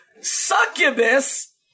Succubus